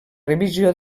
revisió